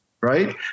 right